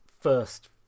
first